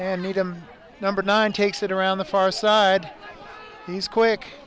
and needham number nine takes it around the far side he's quick